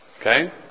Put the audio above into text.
Okay